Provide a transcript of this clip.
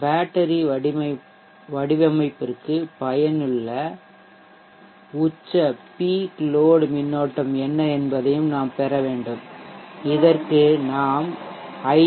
battery வடிவமைப்பிற்கு பயனுள்ள உச்ச பீக் லோட் மின்னோட்டம் என்ன என்பதையும் நாம் பெற வேண்டும் இதற்கு நாம் ஐ